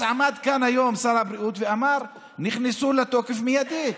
עמד כאן היום שר הבריאות ואמר: נכנסו לתוקף מיידי.